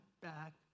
back